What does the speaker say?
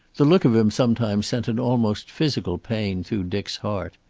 the look of him sometimes sent an almost physical pain through dick's heart.